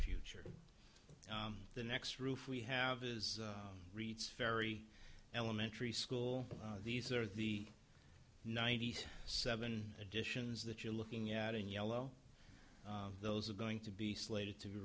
future the next roof we have is reid's very elementary school these are the ninety seven additions that you're looking at in yellow those are going to be slated to